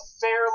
fairly